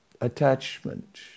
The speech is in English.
attachment